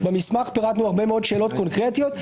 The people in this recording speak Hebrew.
במסמך פירטנו הרבה מאוד שאלות קונקרטיות,